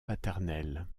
paternels